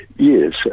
Yes